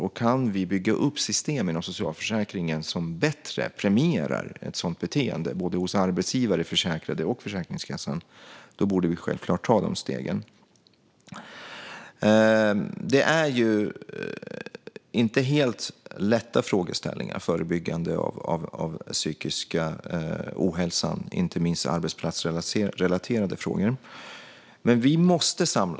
Och om vi kan bygga upp system inom socialförsäkringen som bättre premierar ett sådant beteende hos arbetsgivare, försäkrade och Försäkringskassan borde vi självklart ta dessa steg. Förebyggande av psykisk ohälsa, inte minst arbetsplatsrelaterade frågor, är inte helt lätta frågeställningar.